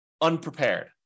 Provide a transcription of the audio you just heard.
unprepared